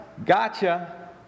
Gotcha